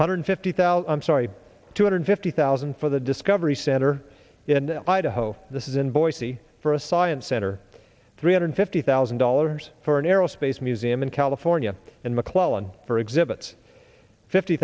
hundred fifty thousand sorry two hundred fifty thousand for the discovery center in idaho this is in boise for a science center three hundred fifty thousand dollars for an aerospace base museum in california and mcclellan for exhibits fifty